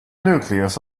nucleus